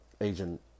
Agent